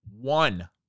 one